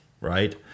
right